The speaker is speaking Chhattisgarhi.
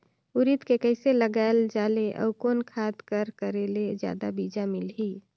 उरीद के कइसे लगाय जाले अउ कोन खाद कर करेले जादा बीजा मिलही?